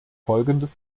folgendes